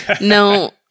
No